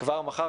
כבר מחר,